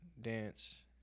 dance